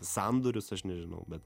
sandorius aš nežinau bet